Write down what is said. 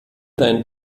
deinen